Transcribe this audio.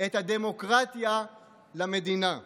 את הדמוקרטיה למדינה.